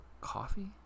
coffee